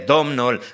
Domnul